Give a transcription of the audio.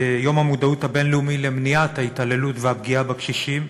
יום המודעות הבין-לאומי למניעת ההתעללות והפגיעה בקשישים,